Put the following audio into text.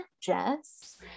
jess